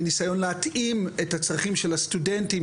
בניסיון להתאים את הצרכים של הסטודנטים,